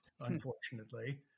unfortunately